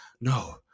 No